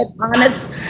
Honest